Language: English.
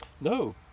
no